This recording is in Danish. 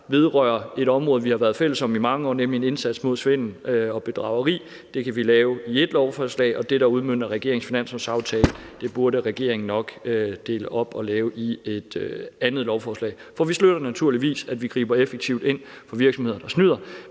vedrører et område, vi har været fælles om i mange år, nemlig en indsats mod svindel og bedrageri, kan vi lave i ét lovforslag, og det, der udmønter regeringens finanslovsaftale, burde regeringen nok lave i et andet lovforslag. Vi støtter naturligvis, at vi griber effektivt ind over for virksomheder, der snyder,